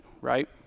right